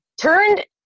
turned